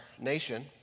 nation